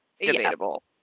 debatable